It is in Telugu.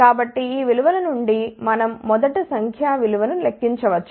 కాబట్టి ఈ విలువల నుండి మనం మొదట సంఖ్యా విలువ ను లెక్కించవచ్చు